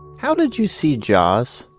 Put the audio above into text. how did you see jaws?